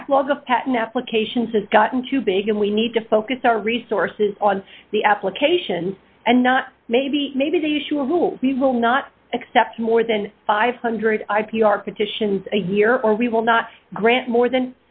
backlog of patent applications has gotten too big and we need to focus our resources on the applications and not maybe maybe the usual we will not accept more than five hundred i p r petitions a year or we will not grant more than